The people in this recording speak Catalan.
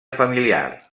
familiar